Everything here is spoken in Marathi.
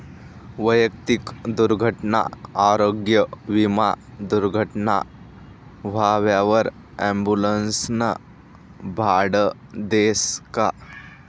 वैयक्तिक दुर्घटना आरोग्य विमा दुर्घटना व्हवावर ॲम्बुलन्सनं भाडं देस का?